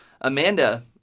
Amanda